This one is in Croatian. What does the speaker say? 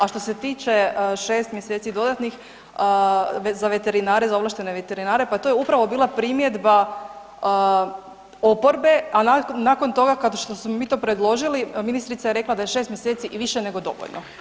A što se tiče 6 mjeseci dodatnih za veterinare, za ovlaštene veterinare pa to je upravo bila primjedba oporbe, a nakon toga što smo mi to predložili ministrica je rekla da je 6 mjeseci i više nego dovoljno.